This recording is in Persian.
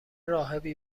راهبی